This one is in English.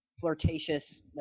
flirtatious